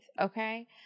okay